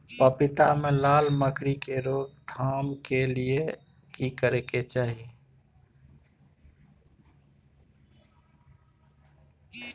पपीता मे लाल मकरी के रोक थाम के लिये की करै के चाही?